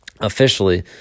officially